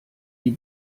die